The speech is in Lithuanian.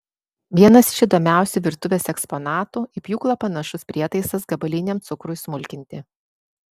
vienas iš įdomiausių virtuvės eksponatų į pjūklą panašus prietaisas gabaliniam cukrui smulkinti